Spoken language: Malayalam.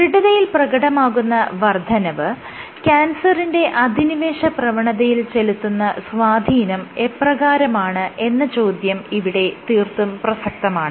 ദൃഢതയിൽ പ്രകടമാകുന്ന വർദ്ധനവ് ക്യാൻസറിന്റെ അധിനിവേശ പ്രവണതയിൽ ചെലുത്തുന്ന സ്വാധീനം എപ്രകാരമാണ് എന്ന ചോദ്യം ഇവിടെ തീർത്തും പ്രസക്തമാണ്